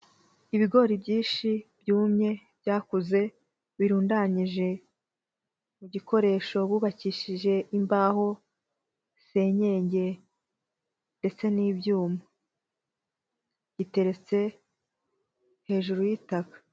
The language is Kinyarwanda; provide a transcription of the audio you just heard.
Ibigori byinshi byumye byakuze, birundanyije mu gikoresho bubakishije imbaho, senyenge ndetse n'ibyuma. Biteretse hejuru y'itaka.